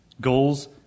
goals